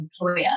employer